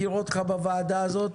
ואני מכיר אותך בוועדה הזאת,